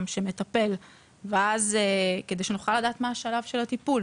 שמטפל כדי שנוכל לדעת מה השלב של הטיפול.